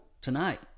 tonight